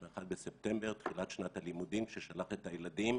נפל בספטמבר תחילת שנת הלימודים כששלח את הילדים,